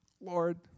Lord